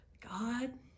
God